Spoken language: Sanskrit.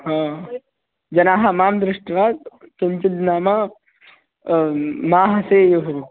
हा जनाः मां दृष्ट्वा किञ्चिद् नाम मा हसेयुः